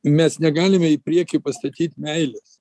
mes negalime į priekį pastatyt meilės